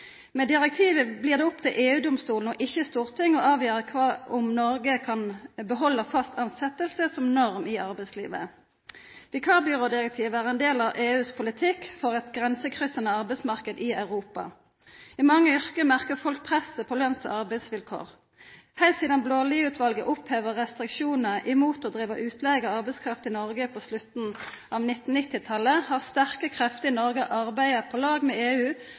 Med direktivet blir det opp til EU-domstolen og ikkje Stortinget å avgjera om Noreg kan behalda fast tilsetjing som norm i arbeidslivet. Vikarbyrådirektivet er ein del av EU sin politikk for ein grensekryssande arbeidsmarknad i Europa. I mange yrke merkar folk presset på lønns- og arbeidsvilkår. Heilt sidan Blaalid-utvalet oppheva restriksjonar mot å driva utleige av arbeidskraft i Noreg på slutten av 1990-talet, har sterke krefter i Noreg arbeidd på lag med EU